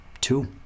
Two